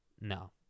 No